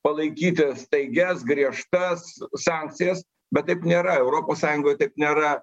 palaikyti staigias griežtas sankcijas bet taip nėra europos sąjungoj taip nėra